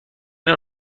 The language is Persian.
نوع